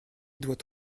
doit